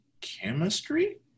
chemistry